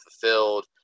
fulfilled